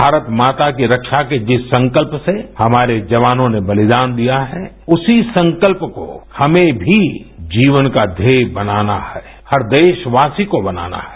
भारत माता की रक्षा के जिस संकल्प से हमारे जवानों ने बलिदान दिया है उसी संकल्प को हमें भी जीवन का ध्येय बनाना है हर देशवासी को बनाना है